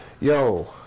yo